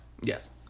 Yes